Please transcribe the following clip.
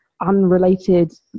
unrelated